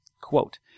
quote